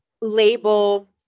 label